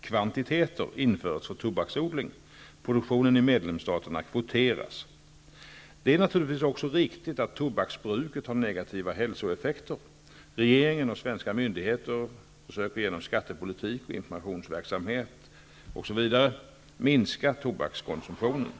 kvantiteter införts för tobaksodling. Produktionen i medlemsstaterna kvoteras. Det är naturligtvis också riktigt att tobaksbruket har negativa hälsoeffekter. Regeringen och svenska myndigheter söker genom skattepolitik, informationsverksamhet osv. minska tobakskonsumtionen.